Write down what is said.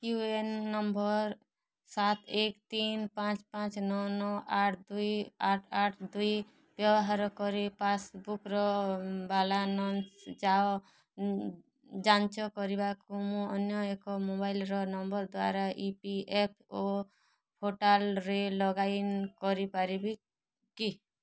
you A N number ସାତ ଏକ ତିନି ପାଞ୍ଚ ପାଞ୍ଚ ନଅ ନଅ ଆଠ ଦୁଇ ଆଠ ଆଠ ଦୁଇ ବ୍ୟବହାର କରି ପାସ୍ବୁକ୍ର ବାଲାନ୍ସ ଯାଅ ଯାଞ୍ଚ କରିବାକୁ ମୁଁ ଅନ୍ୟ ଏକ ମୋବାଇଲ୍ ନମ୍ବର ଦ୍ଵାରା ଇ ପି ଏଫ୍ ଓ ପୋର୍ଟାଲ୍ରେ ଲଗ୍ଇନ୍ କରିପାରିବି କି